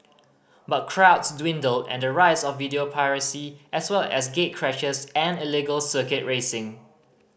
but crowds dwindled and the rise of video piracy as well as gatecrashers and illegal circuit racing